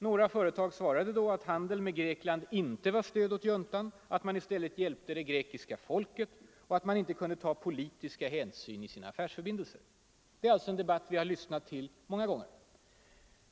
Några företag svarade då att handeln med Grekland inte var stöd åt juntan, att man i stället hjälpte det grekiska folket och att man inte kunde ta politiska hänsyn i sina affärsförbindelser. Det är en debatt vi lyssnat till många gånger.